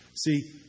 See